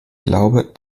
glaube